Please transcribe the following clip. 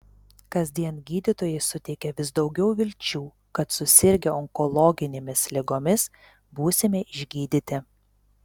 kasdien gydytojai suteikia vis daugiau vilčių kad susirgę onkologinėmis ligomis būsime išgydyti